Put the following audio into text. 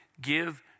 give